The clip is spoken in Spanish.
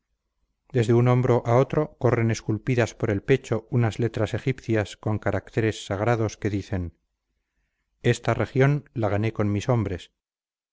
desde un hombro a otro corren esculpidas por el pecho unas letras egipcias con caracteres sagrados que dicen esta región la gané con mis hombres